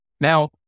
Now